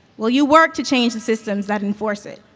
will you work to change the systems that enforce it?